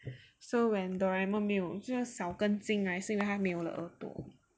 so when Doraemon 没有就是少根筋 right 是因为没有了耳朵